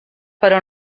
però